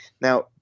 Now